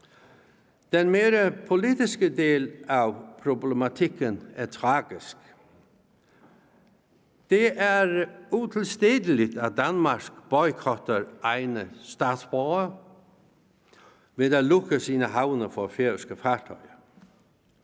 Den mere politiske del af problematikken er tragisk. Det er utilstedeligt, at Danmark boykotter egne statsborgere ved at lukke sine havne for færøske fartøjer.